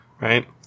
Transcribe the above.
right